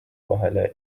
vahele